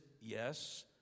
yes